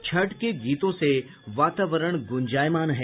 छठ के गीतों से वातावरण गुंजायमान है